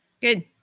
Good